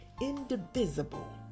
indivisible